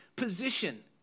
position